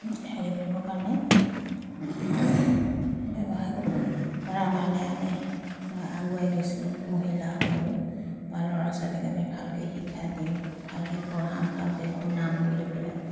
হেৰি কৰিবৰ কাৰণে ব্যৱসায় কৰাৰ কাৰণে আমি মই আগুৱাই গৈছোঁ মহিলা হৈও বা ল'ৰা ছোৱালীক আমি ভালকৈ শিক্ষা দিম ভালকৈ পঢ়াম ভালকৈ শুনাম বুলি পেলাই